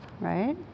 right